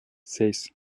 ses